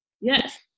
Yes